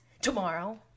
tomorrow